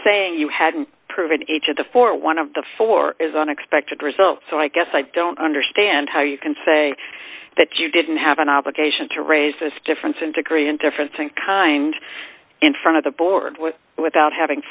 saying you hadn't proven h of the forty one of the four is an expected result so i guess i don't understand how you can say that you didn't have an obligation to raise this difference in degree and difference and kind in front of the board with without having